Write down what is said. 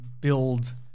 build